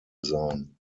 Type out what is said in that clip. sein